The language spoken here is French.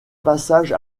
passage